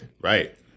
right